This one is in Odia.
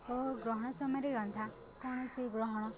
ଓ ଗ୍ରହଣ ସମୟରେ ରନ୍ଧା କୌଣସି ଗ୍ରହଣ